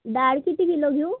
डाळ किती किलो घेऊ